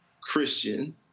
Christian